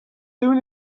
soon